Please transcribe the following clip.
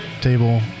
table